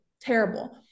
terrible